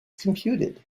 computed